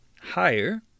higher